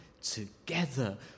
together